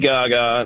Gaga